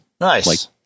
Nice